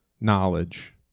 knowledge